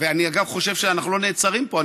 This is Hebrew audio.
אגב, אני חושב שאנחנו לא נעצרים פה.